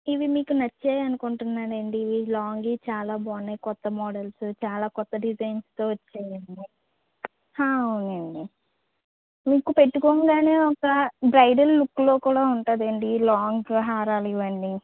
ఇవి మీకు నచ్చాయని అనుకుంటున్నానండి ఇవి లాంగువి చాలా బాగున్నాయి కొత్త మోడల్సు చాలా కొత్త డిజైన్స్తో వచ్చాయండి అవునండి మీకు పెట్టుకోంగానే ఒక బ్రైడల్ లుక్లో కూడా ఉంటుందండి ఈ లాంగ్ హారాలు ఇవన్నీ